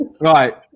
Right